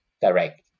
direct